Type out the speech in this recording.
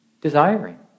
Desiring